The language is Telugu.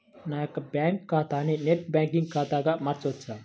నా యొక్క బ్యాంకు ఖాతాని నెట్ బ్యాంకింగ్ ఖాతాగా మార్చవచ్చా?